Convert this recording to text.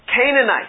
Canaanite